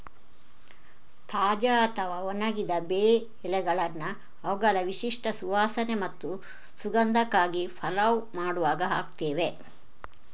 ತಾಜಾ ಅಥವಾ ಒಣಗಿದ ಬೇ ಎಲೆಗಳನ್ನ ಅವುಗಳ ವಿಶಿಷ್ಟ ಸುವಾಸನೆ ಮತ್ತು ಸುಗಂಧಕ್ಕಾಗಿ ಪಲಾವ್ ಮಾಡುವಾಗ ಹಾಕ್ತೇವೆ